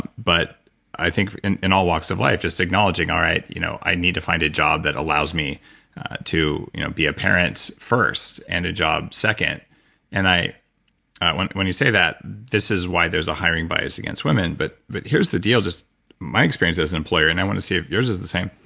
but i think in in all walks of life, just acknowledging, all right, you know i need to find a job that allows me to be a parent first and a job second and when when you say that, this is why there's a hiring bias against women. but but here's the deal just my experience as an employer and i want to see if yours is the same.